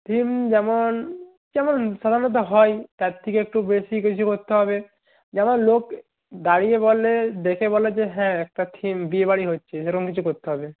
theme যেমন যেমন সাধারণত হয় তার থেকে একটু বেশি কিছু করতে হবে যেমন লোক দাঁড়িয়ে বলে দেখে বলে যে হ্যাঁ একটা থিম বিয়ে বাড়ি হচ্ছে সেরকম কিছু করতে হবে